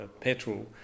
petrol